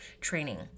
training